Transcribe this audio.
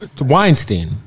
Weinstein